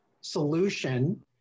solution